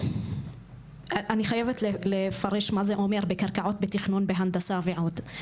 אני חייבת מה זה אומר בקרקעות בתכנון והנדסה ועוד.